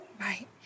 Right